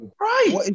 Right